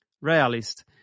realist